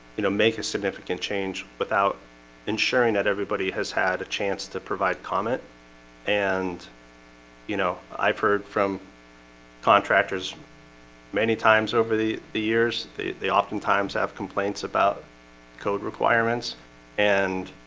you know make a significant change without ensuring that everybody has had a chance to provide comment and you know i've heard from contractors many times over the the years. they oftentimes have complaints about code requirements and